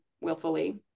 willfully